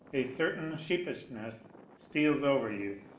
a certain sheepishness steals over you,